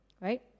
Right